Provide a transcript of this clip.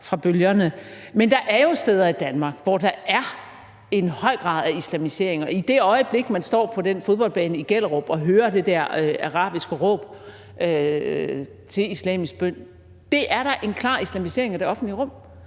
fra bølgerne. Men der er jo steder i Danmark, hvor der er en høj grad af islamisering, og i det øjeblik man står på den fodboldbane i Gellerup og hører det der arabiske råb til islamisk bøn, er det da en klar islamisering af det offentlige rum.